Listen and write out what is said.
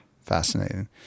Fascinating